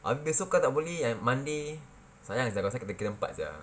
ah esok kau tak boleh monday sayang sia kalau tak kita empat sia